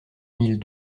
mille